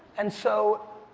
and so,